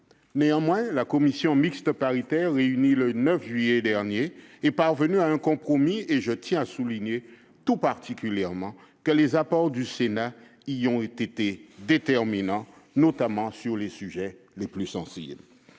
Néanmoins, la commission mixte paritaire réunie le 9 juillet dernier est parvenue à un compromis. Je tiens à souligner tout particulièrement que les apports du Sénat y ont été déterminants, notamment sur les sujets les plus sensibles.